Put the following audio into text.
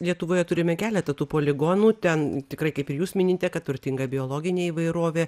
lietuvoje turime keleta tų poligonų ten tikrai kaip ir jūs minite kad turtinga biologinė įvairovė